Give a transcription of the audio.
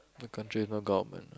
the country has no government ah